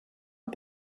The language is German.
und